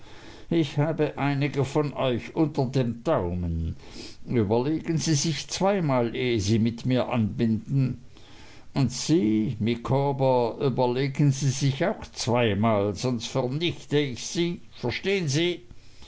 ich habe einige von euch unter dem daumen überlegen sie sichs zweimal ehe sie mit mir anbinden und sie micawber überlegen sie sichs auch zweimal sonst vernichte ich sie verstehen sie